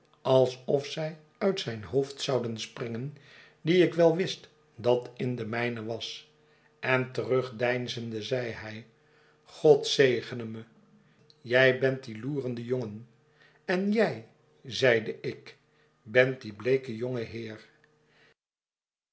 alsof zij uit zijn hoofd zouden springen die ik wel wist dat in de mijnen was en terugdeinzende zeide hij god zegen me jij bent dieloerende jongen en jij zeide ik bent die bleeke jongeheerl xxil de bleeke jonge heer